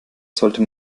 sollte